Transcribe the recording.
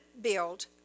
build